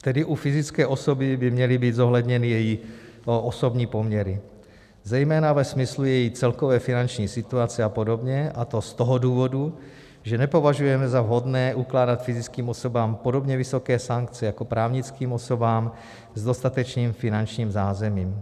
Tedy u fyzické osoby by měly být zohledněny její osobní poměry, zejména ve smyslu její celkové finanční situace a podobně, a to z toho důvodu, že nepovažujeme za vhodné ukládat fyzickým osobám podobně vysoké sankce jako právnickým osobám s dostatečným finančním zázemím.